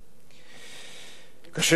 קשה לדבר על גדעון בלשון עבר.